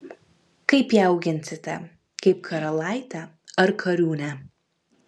kaip ją auginsite kaip karalaitę ar kariūnę